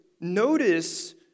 notice